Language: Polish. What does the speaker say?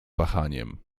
wahaniem